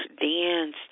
dance